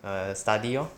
err study lor